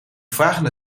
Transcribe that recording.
vragende